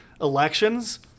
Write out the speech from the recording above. elections